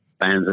fans